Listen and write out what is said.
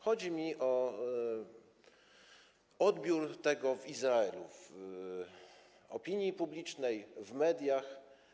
Chodzi mi o odbiór tego w Izraelu, odbiór opinii publicznej, w mediach.